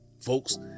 Folks